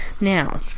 Now